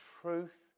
truth